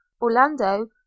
Orlando